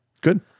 good